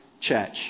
church